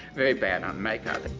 very bad on make-up.